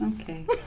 Okay